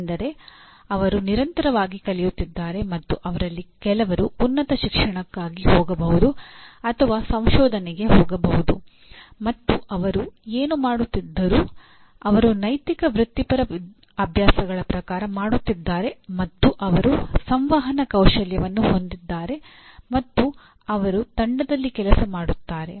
ಅಂದರೆ ಅವರು ನಿರಂತರವಾಗಿ ಕಲಿಯುತ್ತಿದ್ದಾರೆ ಮತ್ತು ಅವರಲ್ಲಿ ಕೆಲವರು ಉನ್ನತ ಶಿಕ್ಷಣಕ್ಕಾಗಿ ಹೋಗಬಹುದು ಅಥವಾ ಸಂಶೋಧನೆಗೆ ಹೋಗಬಹುದು ಮತ್ತು ಅವರು ಏನು ಮಾಡುತ್ತಿದ್ದರೂ ಅವರು ನೈತಿಕ ವೃತ್ತಿಪರ ಅಭ್ಯಾಸಗಳ ಪ್ರಕಾರ ಮಾಡುತ್ತಿದ್ದಾರೆ ಮತ್ತು ಅವರು ಸಂವಹನ ಕೌಶಲ್ಯವನ್ನು ಹೊಂದಿದ್ದಾರೆ ಮತ್ತು ಅವರು ತಂಡದಲ್ಲಿ ಕೆಲಸ ಮಾಡುತ್ತಾರೆ